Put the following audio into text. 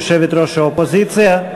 יושבת-ראש האופוזיציה.